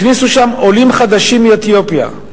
הכניסו לשם עולים חדשים מאתיופיה.